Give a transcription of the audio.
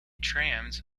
trams